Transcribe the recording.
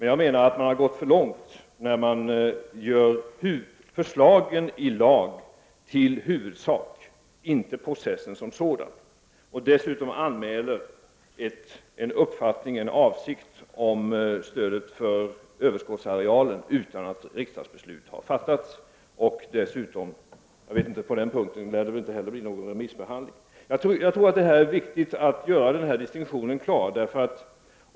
Jag menar att man har gått för långt när man gör förslagen i lag till huvudsak, inte processen som sådan, och dessutom anmäler en avsikt angående stödet till överskottsarealen utan att riksdagsbeslut har fattats. På den sistnämnda punkten lär det väl inte heller bli någon remissbehandling. Jag tror att det är viktigt att göra denna distinktion klar.